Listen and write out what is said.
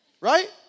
Right